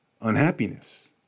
unhappiness